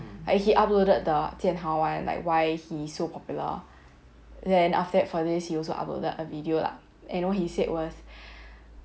like he uploaded the jian hao one like why he so popular then after that for this he also uploaded a video lah and you know he said was